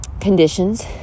conditions